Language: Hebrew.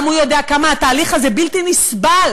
גם הוא יודע כמה התהליך הזה בלתי נסבל,